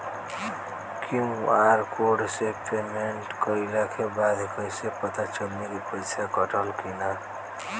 QR code से payment कईला के बाद कईसे पता चली की पैसा कटल की ना?